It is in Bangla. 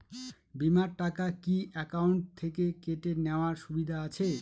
বিমার টাকা কি অ্যাকাউন্ট থেকে কেটে নেওয়ার সুবিধা আছে?